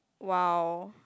!wow!